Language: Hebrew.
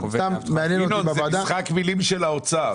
זה משחק מלים של האוצר.